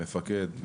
מפקד,